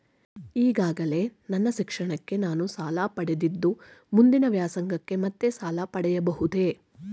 ಈಗಾಗಲೇ ನನ್ನ ಶಿಕ್ಷಣಕ್ಕೆ ನಾನು ಸಾಲ ಪಡೆದಿದ್ದು ಮುಂದಿನ ವ್ಯಾಸಂಗಕ್ಕೆ ಮತ್ತೆ ಸಾಲ ಪಡೆಯಬಹುದೇ?